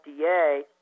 FDA